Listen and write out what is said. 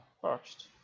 first